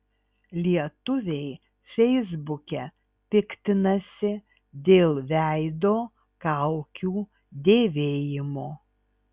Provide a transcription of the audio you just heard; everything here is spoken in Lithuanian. lietuviai feisbuke piktinasi dėl veido kaukių dėvėjimo